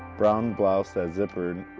brown blouse that zippered,